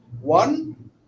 One